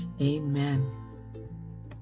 Amen